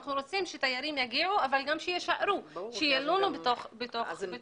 אנחנו רוצים שתיירים יגיעו אבל שגם יישארו וילונו בנצרת.